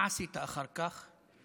מה עשית אחר כך?